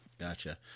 Gotcha